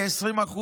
כ-20%,